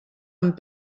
amb